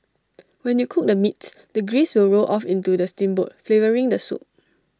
when you cook the meats the grease will roll off into the steamboat flavouring the soup